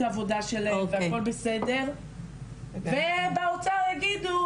העבודה שלהם והכול בסדר ובאוצר יגידו,